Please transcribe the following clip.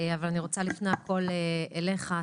אבל אני רוצה לפני הכל לפנות אליך,